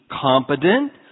competent